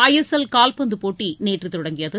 ஐ S L கால்பந்து போட்டி நேற்று தொடங்கியது